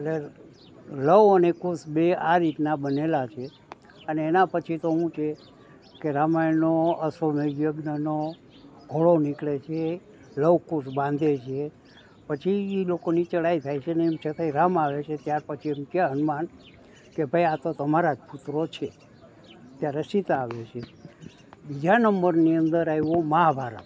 એટલે લવ અને કુશ બેય આ રીતના બનેલાં છે અને એના પછી તો હું છે કે રામાયણનો અશ્વમેધનો ઘોડો નીકળે છે એ લવ કુશ બાંધે છે પછી એ લોકોની લડાઈ થાય છે ને ત્યાં રામ આવે છે ત્યાર પછી એમકે હનુમાન કહે ભાઈ આતો તમારા જ પુત્રો છે ત્યારે સીતા આવે છે બીજા નંબરની આયવુ મહાભારત